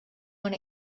want